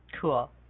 Cool